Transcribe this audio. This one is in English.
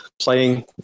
playing